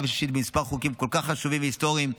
ושלישית כמה חוקים כל כך חשובים והיסטוריים.